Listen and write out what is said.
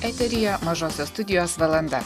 eteryje mažosios studijos valanda